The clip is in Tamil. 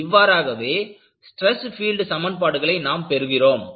இவ்வாறாகவே ஸ்டிரஸ் பீல்டு சமன்பாடுகளை நாம் பெறுகிறோம்